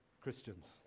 Christians